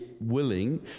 willing